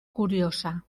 curiosa